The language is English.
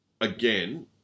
again